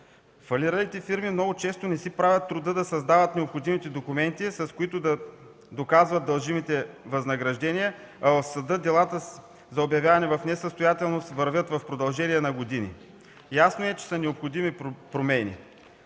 Фалиралите фирми много често не си правят труда да създават необходимите документи, с които да доказват дължимите възнаграждения, а в съда делата за обявяване в несъстоятелност вървят в продължение на години. Ясно е, че са необходими промени.